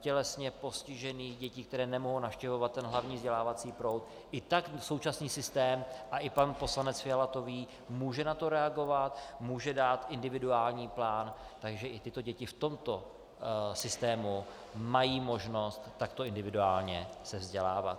tělesně postižených dětí, které nemohou navštěvovat hlavní vzdělávací proud, i tady současný systém, a i pan poslanec Fiala to ví, může na to reagovat, může dát individuální plán, takže i tyto děti v tomto systému mají možnost takto individuálně se vzdělávat.